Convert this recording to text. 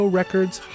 Records